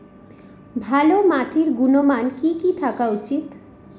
ভালো মাটির গুণমান কি কি থাকা উচিৎ?